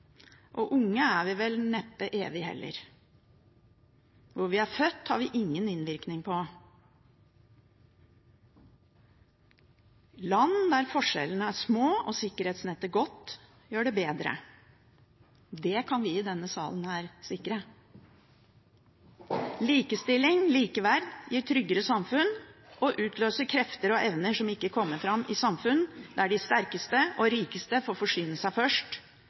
og unge er vi vel neppe evig heller. Hvor vi er født, har vi ingen innvirkning på. Land der forskjellene er små og sikkerhetsnettet godt, gjør det bedre. Det kan vi i denne salen her sikre. Likestilling og likeverd gir tryggere samfunn og utløser krefter og evner som ikke kommer fram i samfunn der de sterkeste og rikeste får forsyne seg først,